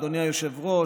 אדוני היושב-ראש,